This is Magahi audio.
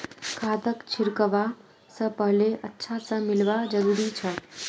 खादक छिड़कवा स पहले अच्छा स मिलव्वा जरूरी छ